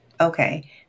okay